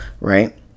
right